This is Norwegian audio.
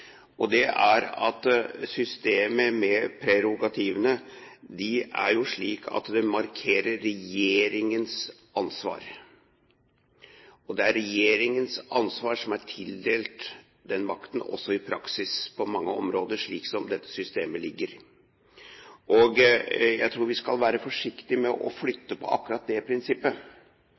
og det er at systemet med prerogativene er jo slik at det markerer regjeringens ansvar. Det er regjeringens ansvar, og den er tildelt den makten også i praksis på mange områder, slik som dette systemet er. Jeg tror vi skal være forsiktige med å flytte på akkurat det prinsippet,